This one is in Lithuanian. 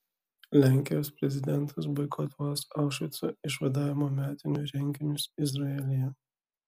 lenkijos prezidentas boikotuos aušvico išvadavimo metinių renginius izraelyje